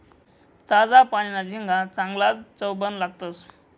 ताजा पानीना झिंगा चांगलाज चवबन लागतंस